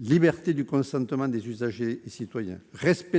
liberté du consentement des usagers et citoyens,